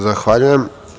Zahvaljujem.